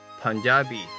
Punjabi